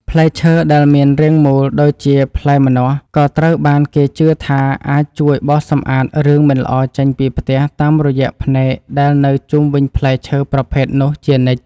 ផ្លែឈើដែលមានរាងមូលដូចជាផ្លែម្នាស់ក៏ត្រូវបានគេជឿថាអាចជួយបោសសម្អាតរឿងមិនល្អចេញពីផ្ទះតាមរយៈភ្នែកដែលនៅជុំវិញផ្លែឈើប្រភេទនោះជានិច្ច។